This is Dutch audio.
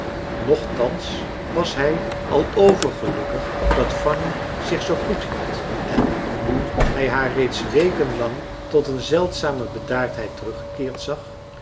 nogtans was hij al overgelukkig dat fanny zich zoo goed hield en nu hij haar reeds weken lang tot een zeldzame bedaardheid teruggekeerd zag